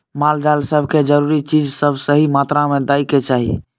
माल जाल सब के जरूरी चीज सब सही मात्रा में दइ के चाही